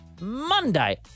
Monday